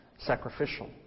sacrificial